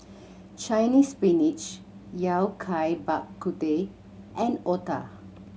Chinese Spinach Yao Cai Bak Kut Teh and otah